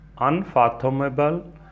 unfathomable